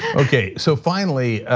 okay, so finally,